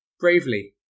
Bravely